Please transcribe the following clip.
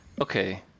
Okay